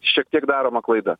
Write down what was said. šiek tiek daroma klaida